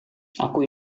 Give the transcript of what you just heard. aku